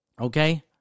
okay